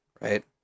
right